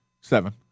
Seven